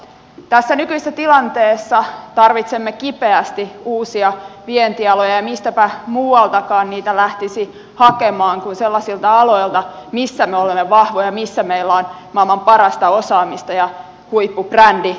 tässä nykyisessä tilanteessa tarvitsemme kipeästi uusia vientialoja ja mistäpä muualtakaan niitä lähtisi hakemaan kuin sellaisilta aloilta millä me olemme vahvoja millä meillä on maailman parasta osaamista ja huippubrändi maailmalla